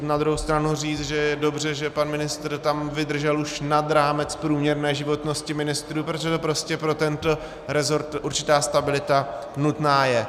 Na druhou stranu musím říct, že je dobře, že pan ministr tam vydržel už nad rámec průměrné životnosti ministrů, protože prostě pro tento resort určitá stabilita nutná je.